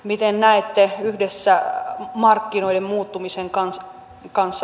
miten näette markkinoiden muuttumisen